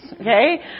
okay